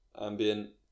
Ambient